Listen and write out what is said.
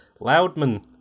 Loudman